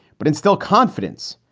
but instill confidence.